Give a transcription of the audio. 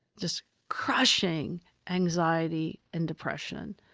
just crushing anxiety and depression.